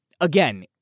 again